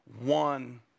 one